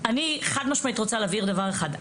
חד משמעית אני רוצה להבהיר דבר אחד.